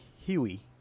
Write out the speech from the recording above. Huey